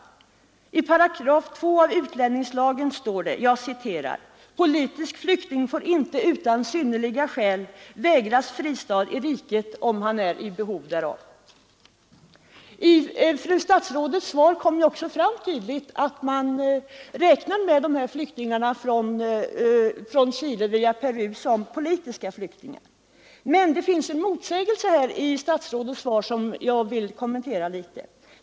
I 2 § av utlänningslagen heter det: ”Politisk flykting skall ej utan synnerliga skäl vägras fristad i riket, då han är i behov därav.” Av fru statsrådets svar framkom också tydligt att man räknar med dessa flyktingar från Chile via Peru som politiska flyktingar. Men det finns en motsägelse i statsrådets svar som jag vill kommentera litet.